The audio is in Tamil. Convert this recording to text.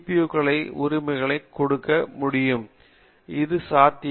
யூ களை உரிமைடன் கொடுக்க முடியும் எனக்கு இது சாத்தியம்